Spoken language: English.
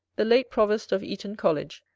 the late provost of eton college,